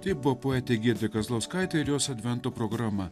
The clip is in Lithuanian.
tai buvo poetė giedrė kazlauskaitė ir jos advento programa